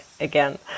again